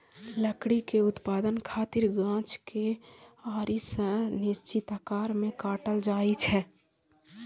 लकड़ी के उत्पादन खातिर गाछ कें आरी सं निश्चित आकार मे काटल जाइ छै